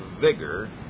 vigor